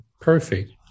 perfect